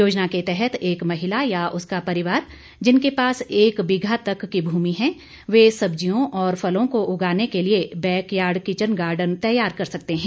योजना के तहत एक महिला या उसका परिवार जिनके पास एक बीघा तक की भूमि है वे सब्जियों और फलों को उगाने के लिए बैकयार्ड किचन गार्डन तैयार कर सकते है